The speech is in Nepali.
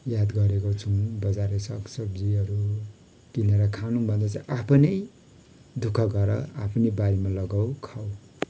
याद गरेको छौँ बजारे सागसब्जीहरू किनेर खानुभन्दा चैँ आफै नै दुःख गर आफ्नै बारीमा लगाऊ खाऊ